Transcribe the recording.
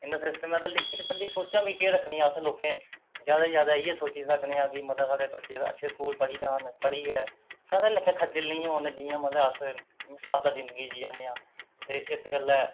इन्ना सिस्टम ऐ ते लेकिन बड्डियां सोचां बी केह् रखनियां असें लोकें जैदा जैदा इ'यै सोची सकने आं कि मतलब साढ़े बच्चे अच्छे स्कूल पढ़ी जान पढ़ियै साढ़े आह्ला लेखा खज्जल निं होन जि'यां मतलब अस सादा जिंदगी जियै ने आं ते इस गल्ला